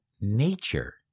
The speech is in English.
nature